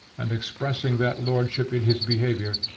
and expressing that lordship in his behavior,